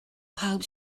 pawb